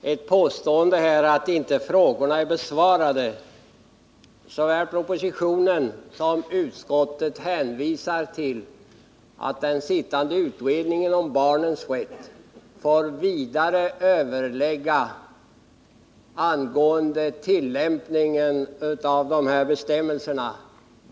Herr talman! Allan Åkerlind påstår att frågorna inte är besvarade. Såväl i propositionen som i betänkandet hänvisas till att den sittande utredningen om barnens rätt får pröva tillämpningen av de här bestämmelserna.